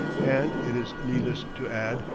and, it is needless to add,